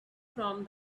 from